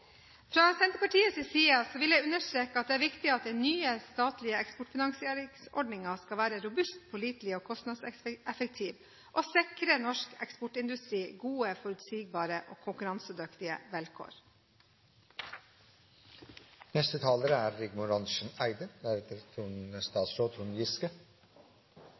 Fra Senterpartiets side vil jeg understreke at det er viktig at den nye statlige eksportfinansieringsordningen skal være robust, pålitelig og kostnadseffektiv, og sikre norsk eksportindustri gode, forutsigbare og konkurransedyktige vilkår.